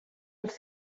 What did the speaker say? els